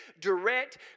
direct